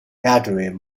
gathering